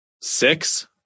six